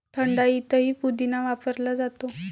थंडाईतही पुदिना वापरला जातो